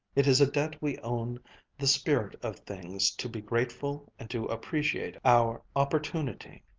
it is a debt we own the spirit of things to be grateful and to appreciate our opportunity.